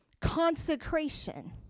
consecration